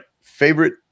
favorite